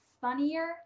funnier